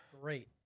Great